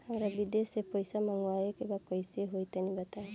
हमरा विदेश से पईसा मंगावे के बा कइसे होई तनि बताई?